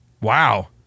Wow